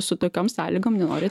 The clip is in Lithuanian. su tokiom sąlygom nenori